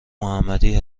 محمدی